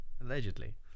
Allegedly